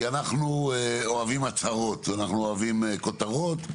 אנחנו אוהבים הצהרות ואנחנו אוהבים כותרות.